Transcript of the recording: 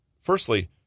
Firstly